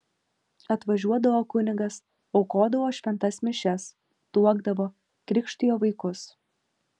atvažiuodavo kunigas aukodavo šventas mišias tuokdavo krikštijo vaikus